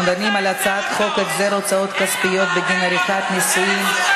אנחנו דנים על הצעת חוק החזר הוצאות כספיות בגין עריכת נישואין,